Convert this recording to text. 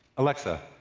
alexa,